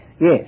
Yes